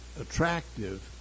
attractive